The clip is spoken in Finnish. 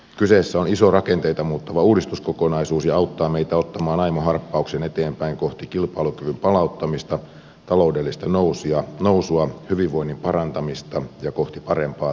kyseessä on iso rakenteita muuttava uudistuskokonaisuus joka auttaa meitä ottamaan aimo harppauksen eteenpäin kohti kilpailukyvyn palauttamista taloudellista nousua hyvinvoinnin parantamista ja kohti parempaa tulevaisuutta